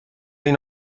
این